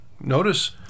Notice